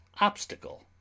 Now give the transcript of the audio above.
Obstacle